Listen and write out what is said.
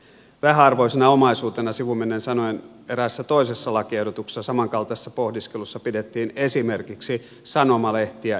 vähäarvoisena omaisuutena sivumennen sanoen eräässä toisessa lakiehdotuksessa samankaltaisessa pohdiskelussa pidettiin esimerkiksi sanomalehtiä ja sukkia